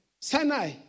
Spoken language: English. Sinai